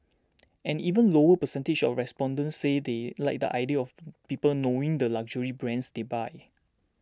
an even lower percentage of respondents said they like the idea of people knowing the luxury brands they buy